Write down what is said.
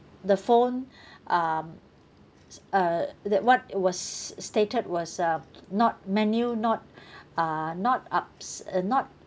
the phone um err that what it was stated was uh not menu not uh not ups uh not